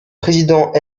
président